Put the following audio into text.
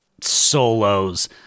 solos